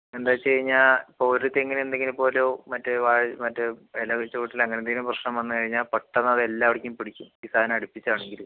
എന്താ വെച്ച് കഴിഞ്ഞാൽ ഇപ്പോൾ ഒരു തെങ്ങിന് എന്തെങ്കിലും ഇപ്പോൾ ഒരു മറ്റേ മറ്റേ ഇല വെച്ചു പൊട്ടലോ അങ്ങനെ എന്തെങ്കിലും പ്രശ്നം വന്ന് കഴിഞ്ഞാൽ പെട്ടെന്ന് അത് എല്ലാവടേക്കും പിടിക്കും ഈ സാധനം അടുപ്പിച്ച് ആണെങ്കിൽ